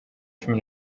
cumi